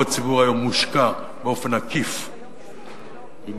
הציבור היום מושקע באופן עקיף בקרנות,